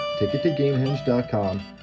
tickettogamehenge.com